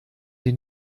sie